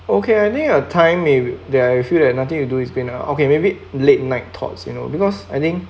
okay I think a time maybe that I feel like nothing you do is being okay maybe late night thoughts you know because I think